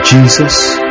Jesus